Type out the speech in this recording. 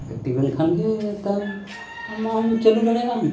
ᱮᱠᱴᱤᱵᱮᱱ ᱠᱷᱟᱱ ᱜᱮ ᱛᱟᱢ ᱚᱱᱟ ᱟᱢ ᱫᱚᱢ ᱪᱟᱹᱞᱩ ᱫᱟᱲᱮᱭᱟᱜᱼᱟ